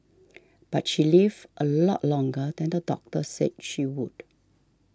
but she lived a lot longer than the doctor said she would